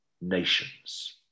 nations